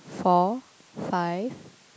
four five